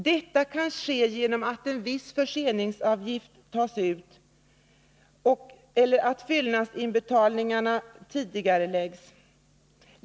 Detta kan ske genom att en viss förseningsavgift tas ut eller genom att fyllnadsinbetalningarna tidigareläggs.